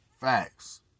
Facts